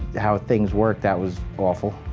how things worked that was awful.